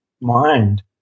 mind